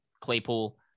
Claypool